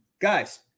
guys